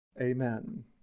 Amen